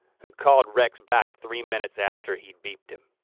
who called rex back three minutes after he beeped him.